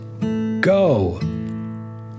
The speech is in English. go